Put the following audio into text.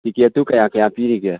ꯇꯤꯀꯦꯠꯇꯨ ꯀꯌꯥ ꯀꯌꯥ ꯄꯤꯔꯤꯒꯦ